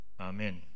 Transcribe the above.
Amen